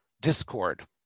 discord